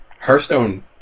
Hearthstone